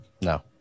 No